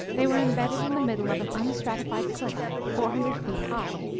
they were imbedded in the middle of an unstratified cliff, four hundred feet high,